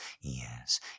yes